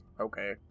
Okay